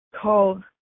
call